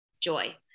joy